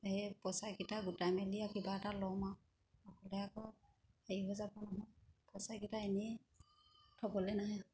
সেই পইচাকেইটা গোটাই মেলি আৰু কিবা এটা ল'ম আৰু নহ'লে আকৌ হেৰি হৈ যাব নহয় পইচাকেইটা এনেই থ'বলৈ নাই